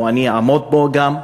או אני אעמוד פה גם,